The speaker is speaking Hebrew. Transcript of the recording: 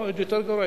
עוד יותר גרוע,